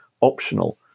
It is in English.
optional